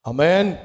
Amen